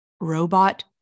robot